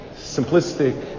simplistic